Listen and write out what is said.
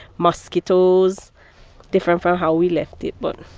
mosquitoes different from how we left it, but